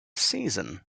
season